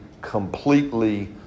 completely